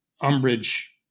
umbrage